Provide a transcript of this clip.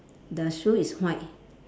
the shoe is white